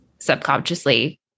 Subconsciously